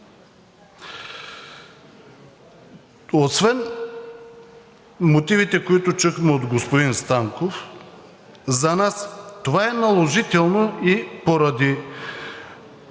Освен мотивите, които чухме от господин Станков, за нас това е наложително и поради